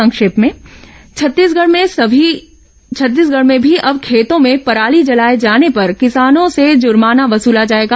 संक्षिप्त समाचार छत्तीसगढ़ में भी अब खेतों में पराली जलाए जाने पर किसानों से जुर्माना वसूला जाएगा